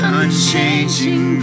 unchanging